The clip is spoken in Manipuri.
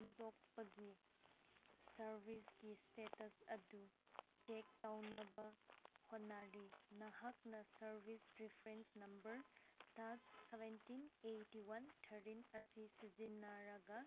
ꯍꯨꯟꯗꯣꯛꯄꯒꯤ ꯁꯥꯔꯕꯤꯁꯀꯤ ꯏꯁꯇꯦꯇꯁ ꯑꯗꯨ ꯆꯦꯛ ꯇꯧꯅꯕ ꯍꯣꯠꯅꯔꯤ ꯅꯍꯥꯛꯅ service reference number dash seventeen eighty one thirteen ꯑꯁꯤ ꯁꯤꯖꯤꯟꯅꯔꯒ